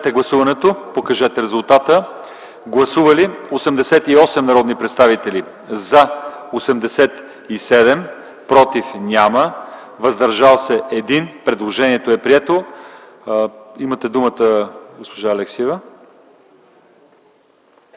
гласуваме това процедурно предложение. Гласували 88 народни представители: за 87, против няма, въздържал се 1. Предложението е прието. Имате думата, госпожо Алексиева.